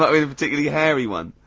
i mean a particularly hairy one.